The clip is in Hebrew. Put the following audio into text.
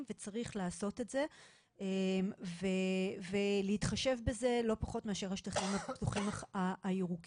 וצריך לעשות את זה ולהתחשב בזה לא פחות מאשר בשטחים הפתוחים הירוקים.